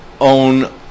own